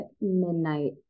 midnight